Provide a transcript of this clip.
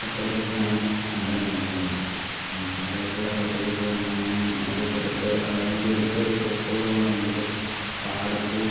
ഫോട്ടോഗ്രാഫിയാണ് content ഉണ്ടായിരുന്നത് natural ആയിട്ടുള്ള ഫോട്ടോഗ്രാഫിയാണ് ഞാൻ ആദ്യമായിട്ട് എടുത്ത അതിന് വേണ്ടി എടുത്ത ഒരു ഫോട്ടോ എന്ന് പറയുന്നത് പാടത്ത്